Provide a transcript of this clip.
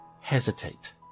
hesitate